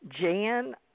Jan